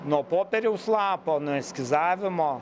nuo popieriaus lapo nuo eskizavimo